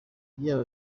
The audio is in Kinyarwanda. iyo